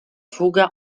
fuga